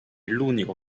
l’unico